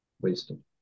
wasted